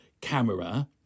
camera